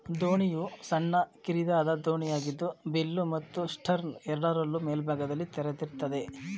ದೋಣಿಯು ಸಣ್ಣ ಕಿರಿದಾದ ದೋಣಿಯಾಗಿದ್ದು ಬಿಲ್ಲು ಮತ್ತು ಸ್ಟರ್ನ್ ಎರಡರಲ್ಲೂ ಮೇಲ್ಭಾಗದಲ್ಲಿ ತೆರೆದಿರ್ತದೆ